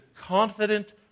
confident